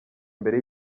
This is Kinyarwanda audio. mbere